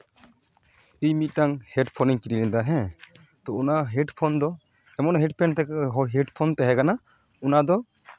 ᱤᱧ ᱢᱤᱫᱴᱟᱱ ᱦᱮᱰᱯᱷᱳᱱᱤᱧ ᱠᱤᱨᱤᱧ ᱞᱮᱫᱟ ᱦᱮᱸ ᱛᱳ ᱦᱮᱰᱯᱷᱳᱱ ᱫᱚ ᱮᱢᱚᱱ ᱦᱮᱰᱯᱷᱳᱱ ᱦᱚᱲ ᱦᱮᱰᱯᱷᱳᱱ ᱛᱟᱦᱮᱸ ᱠᱟᱱᱟ ᱚᱱᱟᱫᱚ